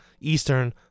Eastern